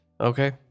okay